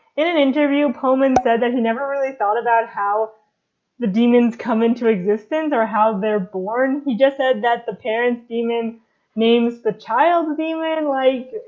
in an interview pullman said that he never really thought about how the daemons come into existence or how they're born, he just said that the parents daemon names the child daemon like?